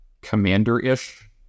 commander-ish